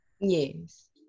Yes